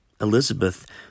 Elizabeth